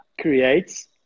creates